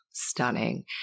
stunning